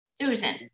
Susan